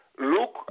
look